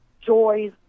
joys